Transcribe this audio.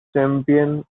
champion